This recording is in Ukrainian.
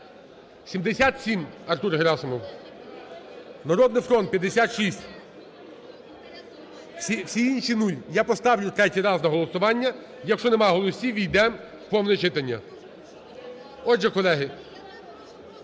77, Артур Герасимов. "Народний фронт" – 56, всі інші – 0. Я поставлю третій раз на голосування. Якщо нема голосів, йдемо повне читання. Отже, колеги,